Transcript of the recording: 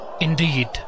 Indeed